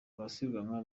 abasiganwa